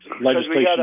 legislation